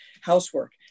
housework